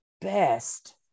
best